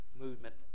movement